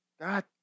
God